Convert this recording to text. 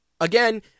Again